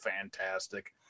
fantastic